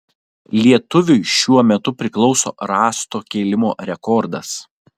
lietuviui šiuo metu priklauso rąsto kėlimo rekordas